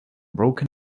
broken